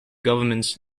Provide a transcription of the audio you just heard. governments